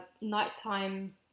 Nighttime –